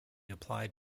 applied